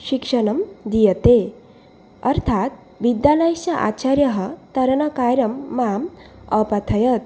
शिक्षणं दीयते अर्थात् विद्यालयस्य आचार्याः तरणकार्यं माम् अपठयत्